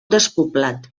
despoblat